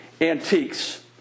antiques